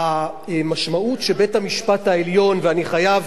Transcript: המשמעות שבית-המשפט העליון, אני חייב